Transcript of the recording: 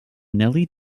nellie